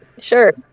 sure